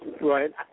Right